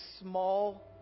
small